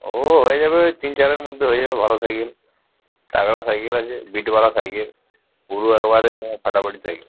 ও হয়ে যাবে ওই তিন চারের মধ্যে হয়ে যাবে ভালো সাইকেল তাগড়া সাইকেল আছে সাইকেল পুরো একবারে তোমার ফাটাফাটি সাইকেল